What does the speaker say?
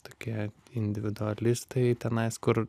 tokie individualistai tenais kur